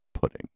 pudding